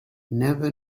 never